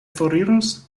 foriros